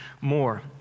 more